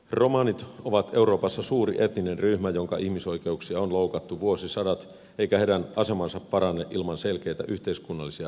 romanit ovat euroopassa suuri etninen ryhmä jonka ihmisoikeuksia on loukattu vuosisadat eikä heidän asemansa parane ilman selkeitä yhteiskunnallisia ratkaisuja